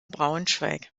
braunschweig